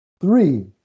Three